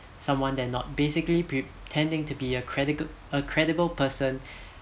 someone they're not basically pretending to be a credible person